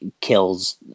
kills